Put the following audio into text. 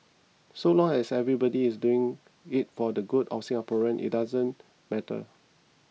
so long as everybody is doing it for the good of Singaporean it doesn't matter